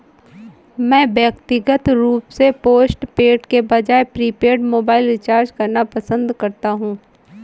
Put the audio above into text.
मैं व्यक्तिगत रूप से पोस्टपेड के बजाय प्रीपेड मोबाइल रिचार्ज पसंद करता हूं